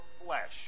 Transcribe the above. flesh